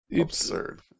absurd